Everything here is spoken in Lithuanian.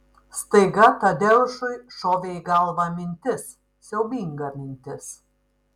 staiga tadeušui šovė į galvą mintis siaubinga mintis